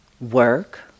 Work